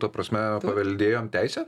ta prasme paveldėjom teisę